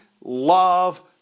love